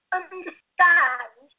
understand